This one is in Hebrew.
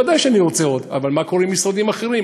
ודאי שאני רוצה עוד, אבל מה קורה עם משרדים אחרים?